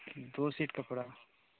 दो शीट कपड़ा